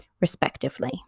respectively